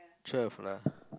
twelve lah